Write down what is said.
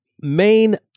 main